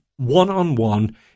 one-on-one